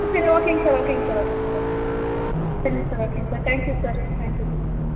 சரி ஓகேங்க சார் ஓகேங்க சார் ஓகேங்க சார் சரிங்க சார் ஓகேங்க sir thank you sir thank you sir